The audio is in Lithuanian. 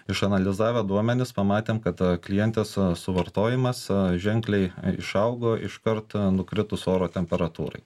išanalizavę duomenis pamatėm kad klientės suvartojimas ženkliai išaugo iškart nukritus oro temperatūrai